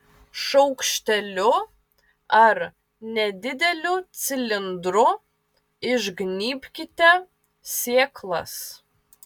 šaukšteliu ar nedideliu cilindru išgnybkite sėklas